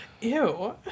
Ew